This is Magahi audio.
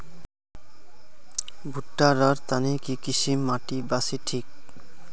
भुट्टा र तने की किसम माटी बासी ठिक?